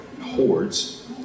hordes